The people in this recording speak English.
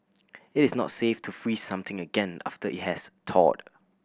it is not safe to freeze something again after it has thawed